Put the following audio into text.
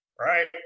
right